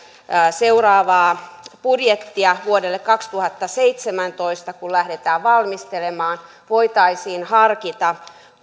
seuraavaa budjettia vuodelle kaksituhattaseitsemäntoista lähdetään valmistelemaan voitaisiin harkita